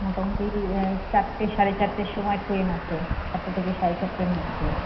মোটামুটি চারটে সাড়ে চারটের সময় ট্রেন আছে চারটে থেকে সাড়ে চারটের মধ্যে